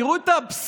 תראו את האבסורד.